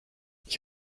ich